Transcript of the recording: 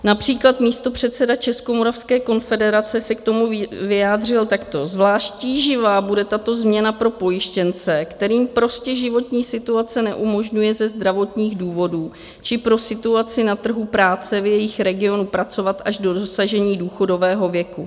Například místopředseda Českomoravské konfederace se k tomu vyjádřil takto: Zvlášť tíživá bude tato změna pro pojištěnce, kterým prostě životní situace neumožňuje ze zdravotních důvodů či pro situaci na trhu práce v jejich regionu pracovat až do dosažení důchodového věku.